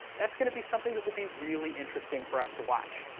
that is going to be something that will be really interesting for us to watch.